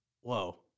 whoa